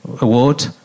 Award